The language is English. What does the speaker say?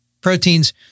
proteins